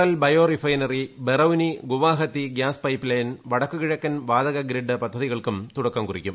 L bio refinery Barauni Guwahati gas pipeline വടക്കു കിഴക്കൻ വാതകഗ്രിഡ് പദ്ധതികൾക്കും തുടക്കം കുറിക്കും